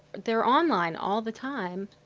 they're online all the time.